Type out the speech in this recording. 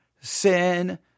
sin